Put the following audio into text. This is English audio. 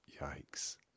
Yikes